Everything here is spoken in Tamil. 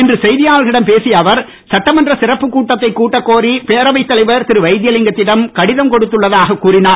இன்று செய்தியாளர்களிடம் பேசிய அவர் சட்டமன்ற சிறப்புக் பேரவைத் கட்டக் கோரி கட்டத்தைக் தலைவர் திரு வைத்திலிங்கத்திடம் கடிதம் கொடுத்துள்ளதாக கூறினார்